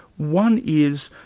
one is,